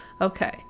okay